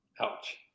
Ouch